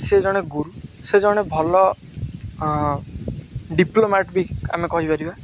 ସେ ଜଣେ ଗୁରୁ ସେ ଜଣେ ଭଲ ଡିପ୍ଲୋମାଟ ବି ଆମେ କହିପାରିବା